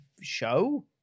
show